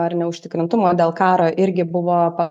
ar neužtikrintumo dėl karo irgi buvo pa